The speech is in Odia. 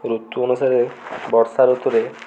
ଋତୁ ଅନୁସାରେ ବର୍ଷା ଋତୁରେ